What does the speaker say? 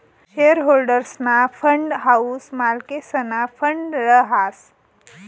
share होल्डर्सना fund हाऊ मालकेसना फंड रहास